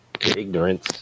ignorance